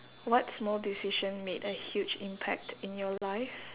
what small decision made a huge impact in your life